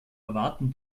erwarten